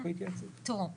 תראו,